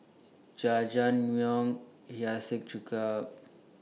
Jajangmyeon Hiyashi Chuka